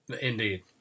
Indeed